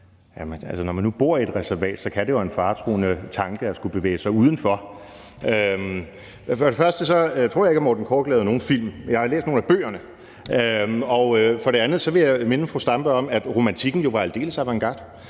når man nu bor i et reservat, kan det jo være en faretruende tanke at skulle bevæge sig udenfor. For det første tror jeg ikke, at Morten Korch lavede nogen film, men jeg har læst nogle af bøgerne, og for det andet vil jeg jo minde fru Zenia Stampe om, at romantikken var aldeles avantgarde.